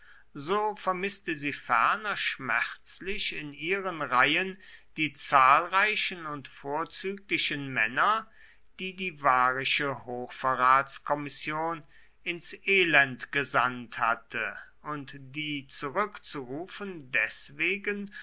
so vermißte sie ferner schmerzlich in ihren reihen die zahlreichen und vorzüglichen männer die die varische hochverratskommission ins elend gesandt hatte und die zurückzurufen deswegen